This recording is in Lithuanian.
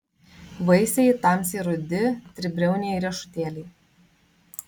vaisiai tamsiai rudi tribriauniai riešutėliai